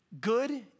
Good